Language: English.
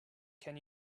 can